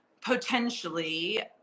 potentially